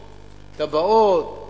תב"עות,